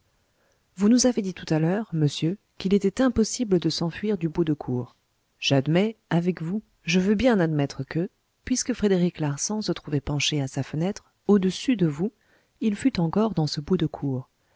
vous nous avez dit tout à l'heure monsieur qu'il était impossible de s'enfuir du bout de cour j'admets avec vous je veux bien admettre que puisque frédéric larsan se trouvait penché à sa fenêtre au-dessus de vous il fût encore dans ce bout de cour